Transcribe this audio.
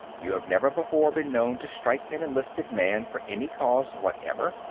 you have never before been known to strike an enlisted man for any cause whatever.